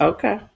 Okay